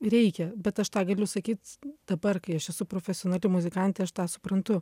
reikia bet aš tą galiu sakyt dabar kai aš esu profesionali muzikantė aš tą suprantu